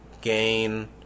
gain